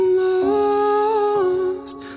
lost